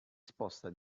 sposta